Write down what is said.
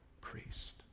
priest